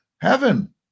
heaven